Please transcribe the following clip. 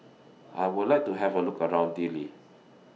I Would like to Have A Look around Dili